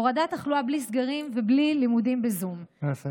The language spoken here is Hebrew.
הורדת תחלואה בלי סגרים ובלי לימודים בזום נא לסיים.